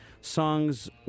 songs